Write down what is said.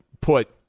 put